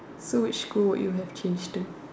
so which school would you have change to